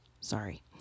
Sorry